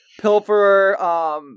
Pilferer